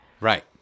Right